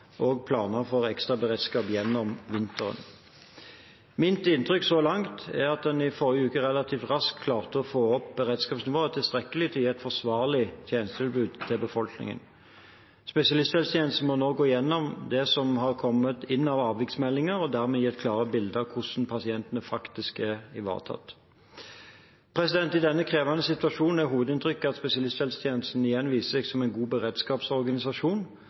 for ekstra beredskap gjennom vinteren. Mitt inntrykk, så langt, er at man i forrige uke relativt raskt klarte å få opp beredskapsnivået tilstrekkelig til å gi et forsvarlig tjenestetilbud til befolkningen. Spesialisthelsetjenesten må nå gå gjennom det som har kommet inn av avviksmeldinger, og dermed gi et klarere bilde av hvordan pasientene faktisk er ivaretatt. I denne krevende situasjonen er hovedinntrykket at spesialisthelsetjenesten igjen har vist seg som en god beredskapsorganisasjon.